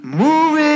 moving